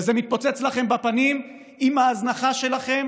וזה מתפוצץ לכם בפנים עם ההזנחה שלכם